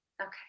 Okay